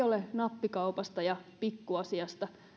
ole nappikaupasta ja pikkuasiasta